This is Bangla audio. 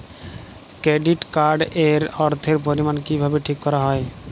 কেডিট কার্ড এর অর্থের পরিমান কিভাবে ঠিক করা হয়?